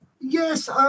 Yes